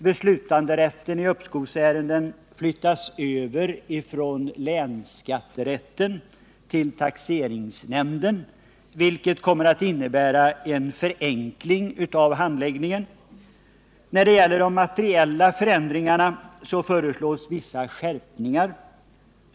Beslutanderätten i uppskovsärenden föreslås flyttas över från länsskatterätten till taxeringsnämnden, vilket kommer att innebära en förenkling av handläggningen. När det gäller de materiella förändringarna föreslås vissa skärpningar.